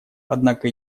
однако